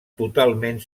totalment